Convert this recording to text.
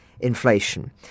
inflation